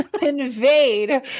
invade